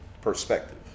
perspective